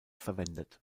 verwendet